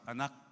Anak